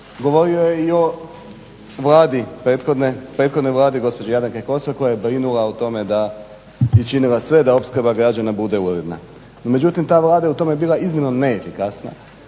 govorio je i o prethodnoj Vladi gospođe Jadranke Kosor koja je brinula o tome da i činila sve da opskrba građana bude uredna. No međutim, ta Vlada je u tome bila iznimno neefikasna